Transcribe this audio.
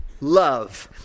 love